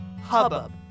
hubbub